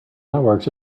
networks